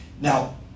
Now